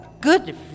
Good